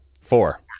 Four